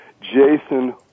Jason